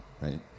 right